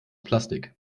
plastik